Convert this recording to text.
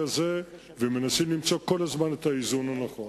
הזה ומנסים כל הזמן למצוא את האיזון הנכון.